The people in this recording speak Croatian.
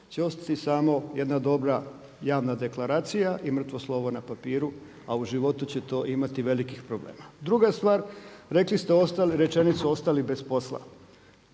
će ostati samo jedna dobra javna deklaracija i mrtvo slovo na papiru, a u životu će to imati velikih problema. Druga stvar, rekli ste rečenicu ostali bez posla.